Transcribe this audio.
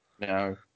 No